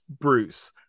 Bruce